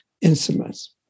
instruments